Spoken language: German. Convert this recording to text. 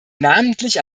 namentlich